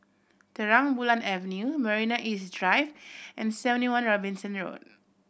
Terang Bulan Avenue Marina East Drive and Seventy One Robinson Road